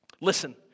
Listen